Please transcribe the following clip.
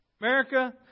America